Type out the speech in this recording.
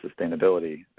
sustainability